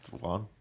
one